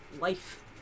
life